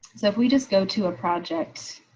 so if we just go to a project.